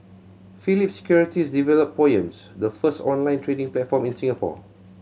Phillip Securities developed Poems the first online trading platform in Singapore